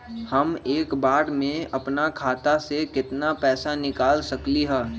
हम एक बार में अपना खाता से केतना पैसा निकाल सकली ह?